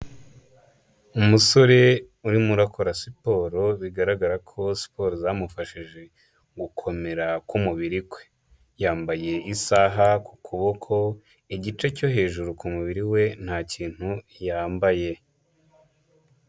Umusore urimo arakora siporo bigaragara ko siporo zamufashije gukomera k'umubiri kwe. Yambaye isaha ku kuboko, igice cyo hejuru ku mubiri we nta kintu yambaye.